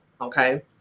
okay